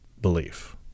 belief